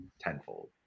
tenfold